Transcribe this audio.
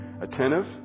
attentive